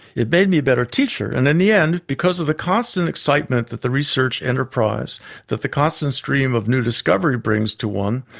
made me a better teacher, in and the end, because of the constant excitement that the research enterprise that the constant stream of new discovery brings to one.